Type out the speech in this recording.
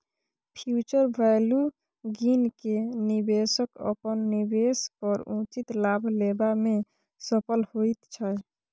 future value गिन केँ निबेशक अपन निबेश पर उचित लाभ लेबा मे सफल होइत छै